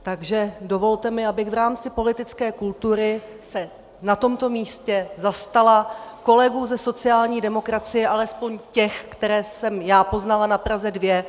Takže mi dovolte, abych se v rámci politické kultury na tomto místě zastala kolegů ze sociální demokracie, alespoň těch, které jsem já poznala na Praze 2.